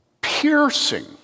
piercing